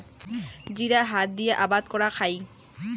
জিরা হাত দিয়া আবাদ করাং খাই